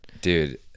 Dude